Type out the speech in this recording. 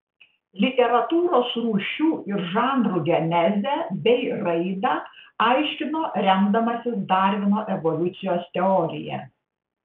literatūros rūšių ir žanrų genezę bei raidą aiškino remdamasis darvino evoliucijos teorija